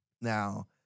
Now